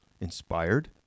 inspired